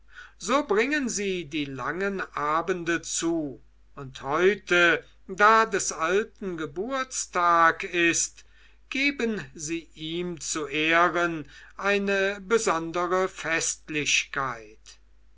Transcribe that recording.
so bringen sie die langen abende zu und heute da des alten geburtstag ist geben sie ihm zu ehren eine besondere festlichkeit